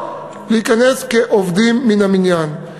להיכנס כעובדים מן המניין.